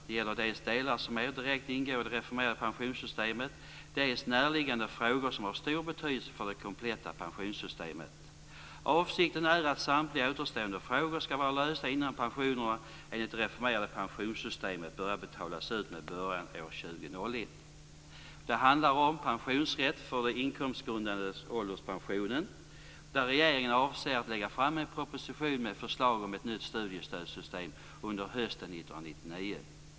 Det gäller dels delar som mer direkt ingår i det reformerade pensionssystemet, dels närliggande frågor som har stor betydelse för det kompletta pensionssystemet. Avsikten är att samtliga återstående frågor skall vara lösta innan pensioner enligt det reformerade pensionssystemet börjar betalas ut med början år 2001. Det handlar om pensionsrätt för inkomstgrundad ålderspension. Regeringen avser att lägga fram en proposition med förslag om ett nytt studiestödssystem under hösten 1999.